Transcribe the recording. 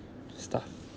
stuff